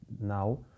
now